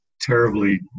terribly